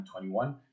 2021